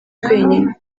twenyine